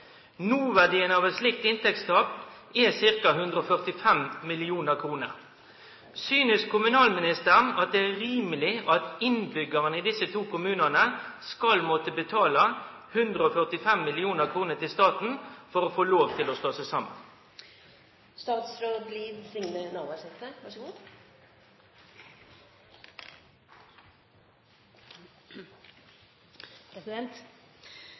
Noverdien av eit slikt inntektstap er ca. 145 mill. kr. Synest statsråden at det er rimeleg at innbyggjarane i desse to kommunane skal måtte betale 145 mill. kr til staten for å få slå seg saman?»